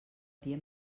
dia